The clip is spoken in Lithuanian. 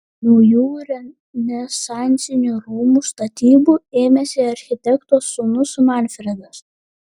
naujų renesansinių rūmų statybų ėmėsi architekto sūnus manfredas